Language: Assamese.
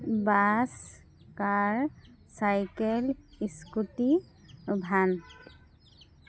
bus car cycle scooty van